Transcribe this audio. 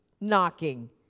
knocking